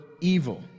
evil